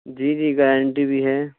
جی جی گارنٹی بھی ہے